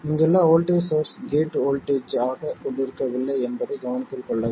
இங்குள்ள voltage source gate voltage ஆக கொண்டிருக்கவில்லை என்பதை கவனத்தில் கொள்ளவும்